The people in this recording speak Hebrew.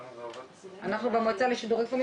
זה לא סוד בפניכם שאנחנו הגמלאים מרגישים נשכחים,